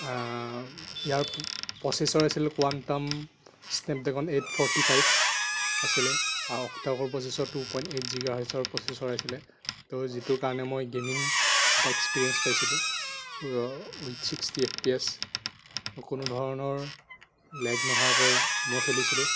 ইয়াৰ processor আছিল Qualcomm Snapdragon eight forty five আছিলে আগৰ প্ৰচেছৰটো টু পইণ্ট এইট গিগা হাৰ্টছৰ প্ৰচেছৰ আছিলে ত' যিটো কাৰণে মই গেমিং এটা এক্সপেৰিয়েন্স পাইছিলোঁ with sixty F P S কোনো ধৰণৰ লেগ নোহোৱাকৈ মই খেলিছিলোঁ